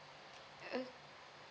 oh